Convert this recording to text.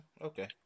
Okay